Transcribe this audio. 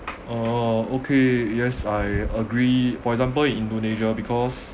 oh okay yes I agree for example in indonesia because